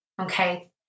Okay